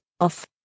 off